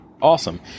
awesome